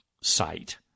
site